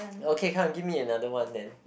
okay come give me another one then